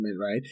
right